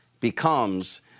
becomes